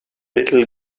little